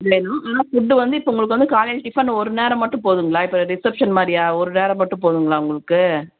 இல்லைன்னா ஃபுட்டு வந்து இப்போ உங்களுக்கு வந்து காலையில் டிஃபன் ஒரு நேரம் மட்டும் போதுங்களா இப்போ ரிசப்ஷன் மாதிரியா ஒரு நேரம் மட்டும் போதுங்களா உங்களுக்கு